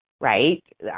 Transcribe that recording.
right